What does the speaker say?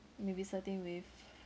maybe starting with